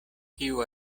kiu